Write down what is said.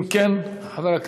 אם כן, חבר הכנסת,